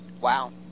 Wow